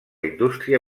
indústria